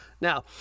Now